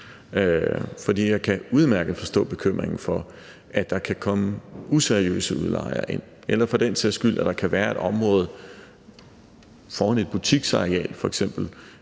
For jeg kan udmærket forstå bekymringen for, at der kan komme useriøse udlejere ind, eller at der for den sags skyld kan være et område, f.eks. foran et butiksareal,